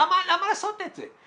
למה לעשות את זה?